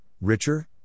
richer